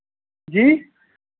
जी